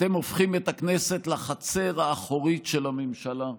אתם הופכים את הכנסת לחצר האחורית של הממשלה,